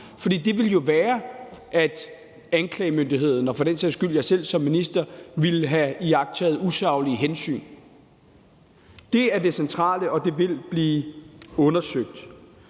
det jo være sådan, at anklagemyndigheden og for den sags skyld jeg selv som minister ville have iagttaget usaglige hensyn. Det er det centrale, og det vil blive undersøgt.